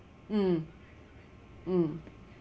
mm mm